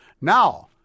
now